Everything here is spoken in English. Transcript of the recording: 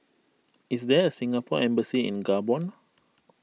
is there a Singapore Embassy in Gabon